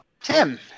Tim